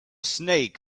snake